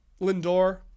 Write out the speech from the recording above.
Lindor